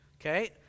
Okay